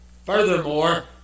Furthermore